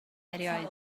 erioed